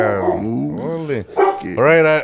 right